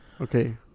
Okay